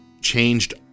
changed